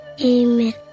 Amen